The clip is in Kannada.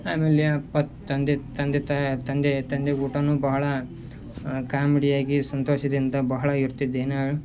ಆಮೇಲೇನಪ್ಪ ತಂದೆ ತಂದೆ ತಾ ತಂದೆ ತಂದೆಗೆ ಊಟನೂ ಬಹಳ ಕಾಮಿಡಿಯಾಗಿ ಸಂತೋಷದಿಂದ ಬಹಳ ಇರ್ತಿದ್ದೆ ನಾನು